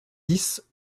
dix